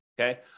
Okay